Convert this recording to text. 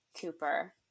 Cooper